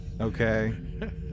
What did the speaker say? Okay